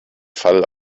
fall